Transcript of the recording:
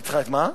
ניצחה את מה?